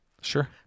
Sure